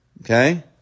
okay